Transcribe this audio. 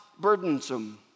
burdensome